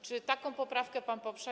Czy taką poprawkę pan poprze?